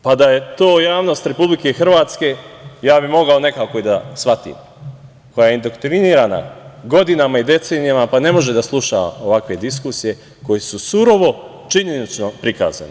Pa da je to javnost Republike Hrvatske, ja bih mogao nekako i da shvatim, koja je indoktrinirana godinama i decenijama, pa ne može da sluša ovakve diskusije koje su surovo činjenično prikazane.